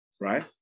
right